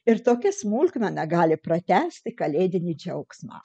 ir tokia smulkmena gali pratęsti kalėdinį džiaugsmą